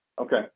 Okay